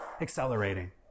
accelerating